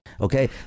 okay